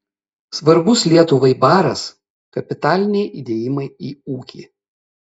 svarbus lietuvai baras kapitaliniai įdėjimai į ūkį